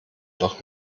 doch